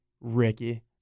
Ricky